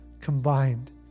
combined